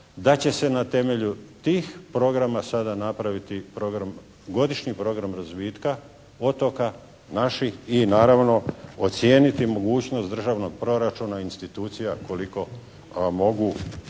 Da će se na temelju tih programa sada napraviti program, godišnji program razvitka otoka naših i naravno ocijeniti mogućnost Državnog proračuna i institucija koliko mogu